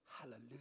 Hallelujah